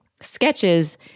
sketches